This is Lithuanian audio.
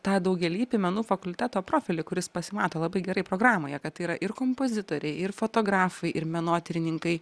tą daugialypį menų fakulteto profilį kuris pasimato labai gerai programoje kad tai yra ir kompozitoriai ir fotografai ir menotyrininkai